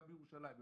גם בירושלים,